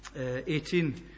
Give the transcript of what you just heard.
18